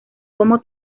como